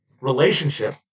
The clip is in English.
relationship